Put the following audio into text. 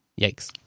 yikes